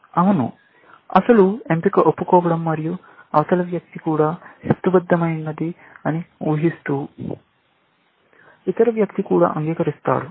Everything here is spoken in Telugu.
అవును అసలు ఎంపిక ఒప్పుకోవడం మరియు అవతలి వ్యక్తి కూడా హేతుబద్ధమైన ది అని ఊహిస్తూ ఇతర వ్యక్తి కూడా అంగీకరిస్తాడు